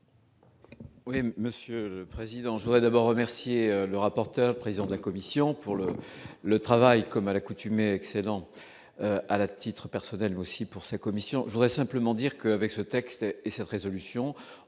Oui, Monsieur le Président, je voudrais d'abord remercier le rapporteur, président de la Commission pour le le travail comme à l'accoutumée, excellente à l'à titre personnel, mais aussi pour ses commissions, je voudrais simplement dire que, avec ce texte, et cette résolution